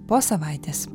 po savaitės